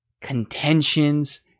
contentions